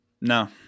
No